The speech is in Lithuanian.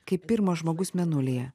kaip pirmas žmogus mėnulyje